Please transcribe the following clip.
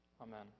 Amen